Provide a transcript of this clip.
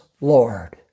Lord